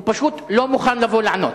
הוא פשוט לא מוכן לבוא לענות.